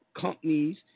companies